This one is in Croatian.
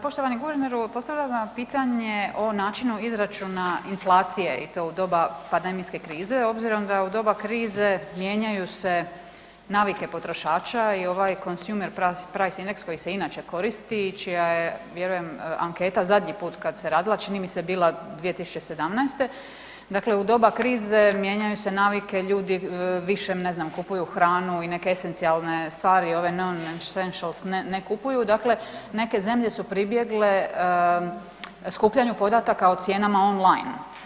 Poštovani guverneru, postavila bih vam pitanje o načinu izračuna inflacije i to u doba pandemijske krize obzirom da u doba krize mijenjaju se navike potrošača i ovaj Consumer price indeks koji se inače koristi, čija je, vjerujem anketa zadnji put kad se radila, čini mi se bila, 2017., dakle u doba krize mijenjaju se navike ljudi, više, ne znam, kupuju hranu i neke esencijalne stvari, ove nonessentials ne kupuju, dakle neke zemlje su pribjegle skupljanju podataka o cijenama online.